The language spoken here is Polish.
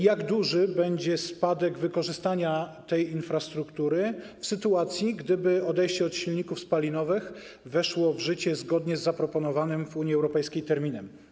Jak duży będzie spadek wykorzystania tej infrastruktury w sytuacji, gdyby odejście od silników spalinowych weszło w życie zgodnie z zaproponowanym w Unii Europejskiej terminem?